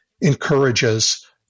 encourages